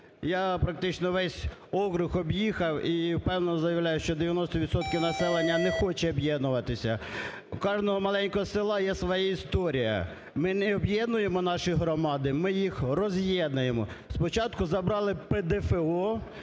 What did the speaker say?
Я, практично, весь округ об'їхав, і впевнено заявляю, що 90 відсотків населення не хоче об'єднуватися. У кожного маленького села є своя історія. Ми не об'єднуємо наші громади, ми їх роз'єднуємо: спочатку забрали ПДФО,